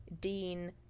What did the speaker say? Dean